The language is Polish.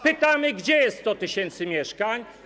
Pytamy: Gdzie jest 100 tys. mieszkań?